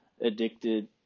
addicted